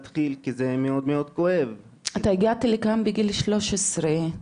חשוב מאוד שכולם יבינו, להיות פלסטיני זה לא